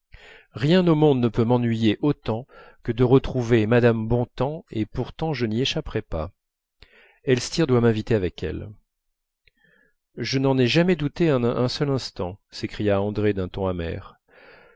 rien au monde ne peut m'ennuyer autant que de retrouver mme bontemps et pourtant je n'y échapperai pas elstir doit m'inviter avec elle je n'en ai jamais douté un seul instant s'écria andrée d'un ton amer